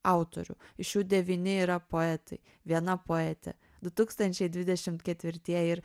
autorių iš jų devyni yra poetai viena poetė du tūkstančiai dvidešimt ketvirtieji ir